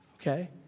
Okay